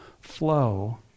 flow